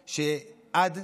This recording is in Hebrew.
עד כאן.